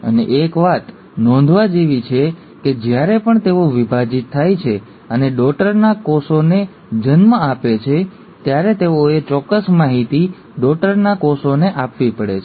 અને એક વાત નોંધવા જેવી છે કે જ્યારે પણ તેઓ વિભાજિત થાય છે અને ડૉટરના કોષને જન્મ આપે છે ત્યારે તેઓએ ચોક્કસ માહિતી ડૉટરના કોષને આપવી પડે છે